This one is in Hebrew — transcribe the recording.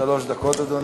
שלוש דקות, אדוני.